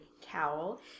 Cowl